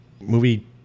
movie